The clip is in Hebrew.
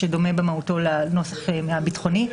זה שדומה במהותו לזה הביטחוני,